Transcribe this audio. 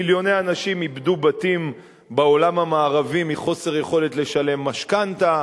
מיליוני אנשים איבדו בתים בעולם המערבי מחוסר יכולת לשלם משכנתה,